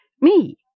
me